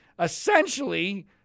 essentially